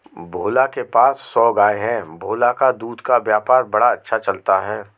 भोला के पास सौ गाय है भोला का दूध का व्यापार बड़ा अच्छा चलता है